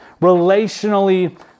relationally